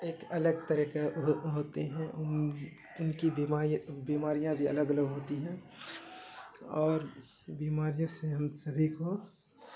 ایک الگ طرح کا ہو ہوتے ہیں ان کی بیماریاں بیماریاں بھی الگ الگ ہوتی ہیں اور بیماریوں سے ہم سبھی کو